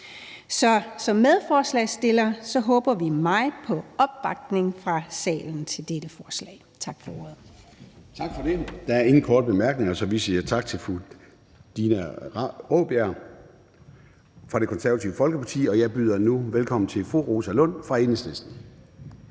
som medforslagsstiller vil jeg sige, at vi håber meget på opbakning fra salen til dette forslag.